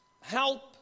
help